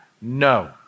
No